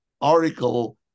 article